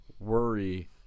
worry